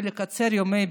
לקצר ימי בידוד.